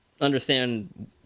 understand